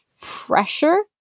pressure